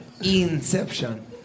Inception